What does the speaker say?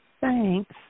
Thanks